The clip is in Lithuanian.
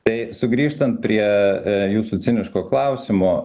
tai sugrįžtant prie jūsų ciniško klausimo